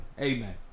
Amen